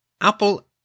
Apple